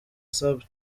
supt